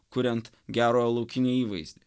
kuriant gero laukinį įvaizdį